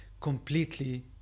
completely